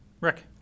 Rick